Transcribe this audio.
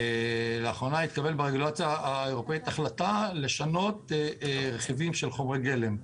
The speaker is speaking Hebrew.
לאחרונה התקבלה ברגולציה האירופאית החלטה לשנות רכיבים של חומרי גלם.